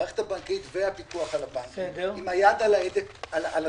המערכת הבנקאית והפיקוח על הבנקים עם היד על הדופק